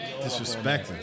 Disrespecting